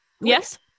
Yes